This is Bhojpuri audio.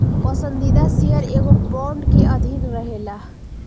पसंदीदा शेयर एगो बांड के अधीन रहेला